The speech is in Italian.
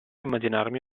immaginarmi